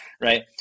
right